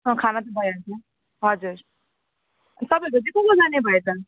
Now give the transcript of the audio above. खाना चाहिँ भइहाल्छ हजुर अनि तपाईँहरूको चाहिँ को को जाने भयो त